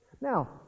Now